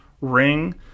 ring